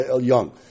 young